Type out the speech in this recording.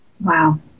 Wow